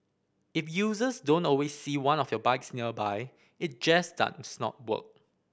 if users don't always see one of your bikes nearby it just does not work